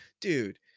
Dude